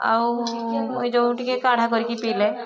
ଆଉ ଏ ଯେଉଁ ଟିକେ କାଢ଼ା କରିକି ପିଇଲେ